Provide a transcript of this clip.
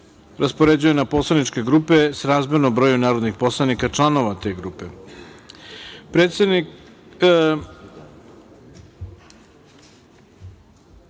raspoređuje na poslaničke grupe srazmerno broju narodnih poslanika, članova te grupe. Molim